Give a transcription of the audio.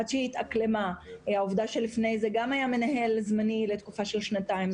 עד שהיא התאקלמה והעובדה שלפני כן גם היה מנהל זמני לתקופה של שנתיים.